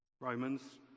Romans